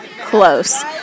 close